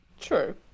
True